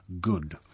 good